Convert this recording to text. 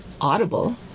Audible